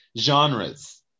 genres